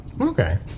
Okay